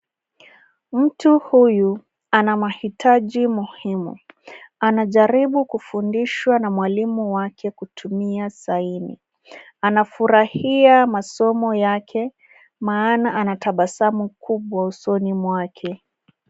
Mtu huyu ana mahitaji muhimu. Anajaribu kufundishwa na mwalimu wake kutumia saini . Anafurahia masomo yake maana ana tabasamu kubwa usoni mwake.